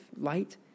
light